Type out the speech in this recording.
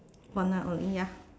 one night only ya